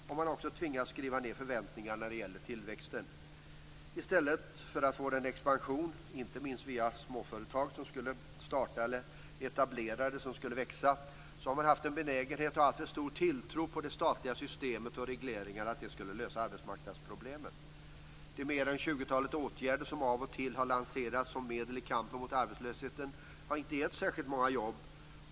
Man har också tvingats skriva ned förväntningarna när det gäller tillväxten. I stället för att få en expansion, inte minst via småföretag som skulle starta och växa, har man haft en benägenhet att ha en alltför stor tilltro till att det statliga systemet och regleringarna skall lösa arbetsmarknadsproblemet. De mer än tjugotalet åtgärder som av och till har lanserats som medel i kampen mot arbetslösheten har inte gett särskilt många jobb.